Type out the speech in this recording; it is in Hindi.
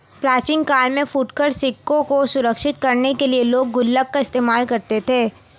प्राचीन काल में फुटकर सिक्कों को सुरक्षित करने के लिए लोग गुल्लक का इस्तेमाल करते थे